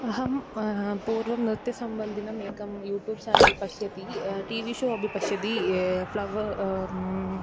अहं पूर्वं नृत्यसम्बन्धिनम् एकं यूट्यूब् चेनल् पश्यति टि वि शो अपि पश्यति फ़्लवर्